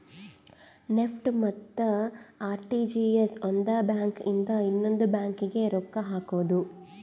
NEFT ಮತ್ತ RTGS ಒಂದ್ bank ಇಂದ ಇನ್ನೊಂದು ಬ್ಯಾಂಕ್ ಗೆ ರೊಕ್ಕ ಹಕೋದು